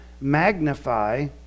magnify